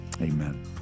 Amen